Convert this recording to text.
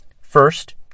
First